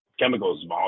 chemicals